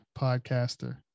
podcaster